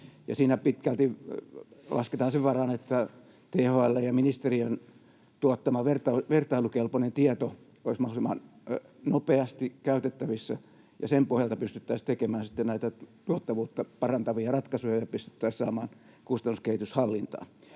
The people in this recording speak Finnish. Siinä pitkälti lasketaan sen varaan, että THL:n ja ministeriön tuottama vertailukelpoinen tieto olisi mahdollisimman nopeasti käytettävissä ja sen pohjalta pystyttäisiin tekemään sitten tuottavuutta parantavia ratkaisuja ja pystyttäisiin saamaan kustannuskehitys hallintaan.